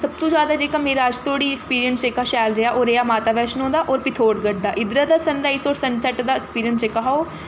सब तो जैदा जेह्ड़ा मेरा अज्ज धोड़ी अक्सपिरिंस जेह्का शैल रेहा ओह् रेहा माता बैष्णो दी होर पिथोरगढ़ दा इद्धरा दा सन राइज होर सन सैट्ट दा अक्सपिरिंस जेह्का हा ओह्